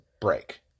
break